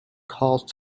cost